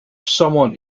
someone